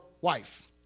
wife